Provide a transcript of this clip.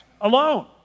alone